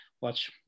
watch